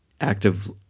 active